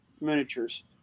miniatures